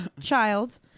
child